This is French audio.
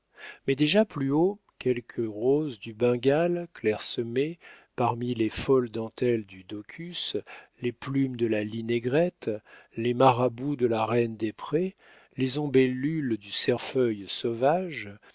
mais déjà plus haut quelques roses du bengale clairsemées parmi les folles dentelles du daucus les plumes de la linaigrette les marabous de la reine des prés les ombellules du cerfeuil sauvage